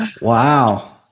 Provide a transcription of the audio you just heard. wow